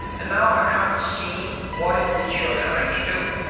and now i can't see what it is you're trying to do.